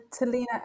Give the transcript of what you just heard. Talina